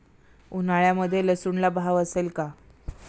उन्हाळ्यामध्ये लसूणला भाव असेल का?